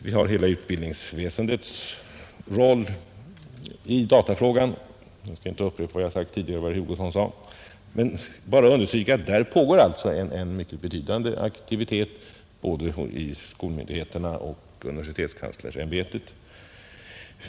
Vi har också utbildningsväsendets stora roll i datafrågan, Jag skall inte upprepa vad jag har sagt tidigare och vad herr Hugosson sade; jag vill bara understryka att där pågår en betydande aktivitet både hos skolmyndigheterna och inom universitetskanslersämbetet.